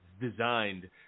designed